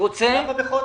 למה בחודש?